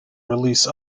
release